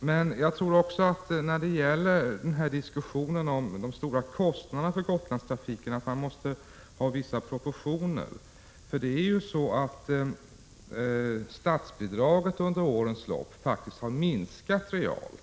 Men när det gäller diskussionen om de stora kostnaderna för Gotlandstrafiken anser jag att det måste finnas vissa proportioner, för statsbidraget har ju under årens lopp faktiskt minskat realt.